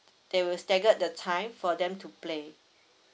they will staggered the time for them to play